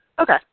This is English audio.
Okay